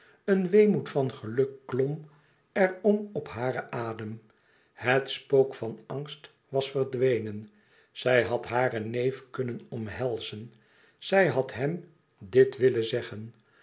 een weemoed van geluk klom er om op haren adem het spook van angst was verdwenen zij had haren neef kunnen omhelzen zij had hem dit willen zeggen